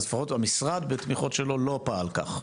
אז לפחות, המשרד, בתמיכות שלו, לא פעל כך.